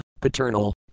paternal